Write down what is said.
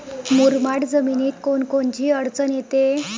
मुरमाड जमीनीत कोनकोनची अडचन येते?